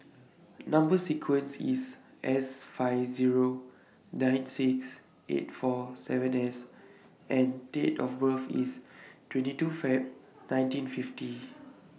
Number sequence IS S five Zero nine six eight four seven S and Date of birth IS twenty two Feb nineteen fifty